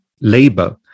labor